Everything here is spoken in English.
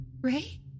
Ray